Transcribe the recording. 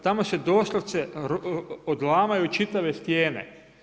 Tamo se doslovce odlamaju čitave stijene.